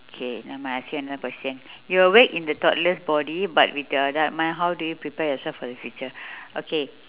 okay never mind I ask you another question you awake in a toddler's body but with your adult mind how do you prepare yourself for the future okay